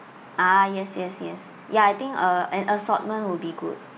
ah yes yes yes ya I think uh an assortment would be good